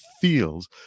feels